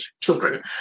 children